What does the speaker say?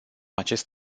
acest